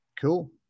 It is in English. Cool